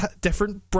different